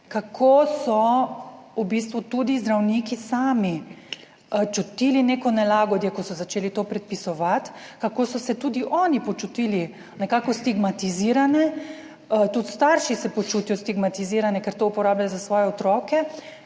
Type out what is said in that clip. bistvu tudi zdravniki sami čutili neko nelagodje, ko so začeli to predpisovati, kako so se tudi oni počutili nekako stigmatizirane, tudi starši se počutijo stigmatizirane, ker to uporabljajo za svoje otroke,